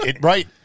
Right